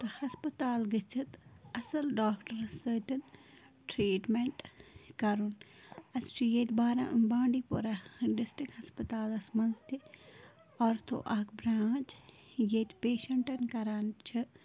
تہٕ ہَسپَتال گٔژھِتھ اصٕل ڈاکٹرَس سۭتۍ ٹریٖٹمینٛٹ کَرُن اسہِ چھُ ییٚتہِ بارہ بانٛڈی پورا ڈِسٹِک ہَسپَتالَس منٛز تہِ آرتھو اَکھ برانچ ییٚتہِ پٮ۪شَنٹَن کران چھِ